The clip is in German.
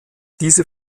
diese